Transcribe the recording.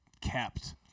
kept